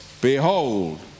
Behold